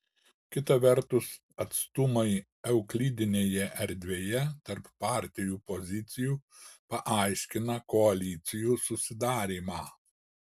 kita vertus atstumai euklidinėje erdvėje tarp partijų pozicijų paaiškina koalicijų susidarymą